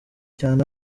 cyane